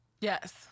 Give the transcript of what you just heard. Yes